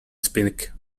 speak